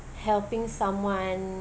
helping someone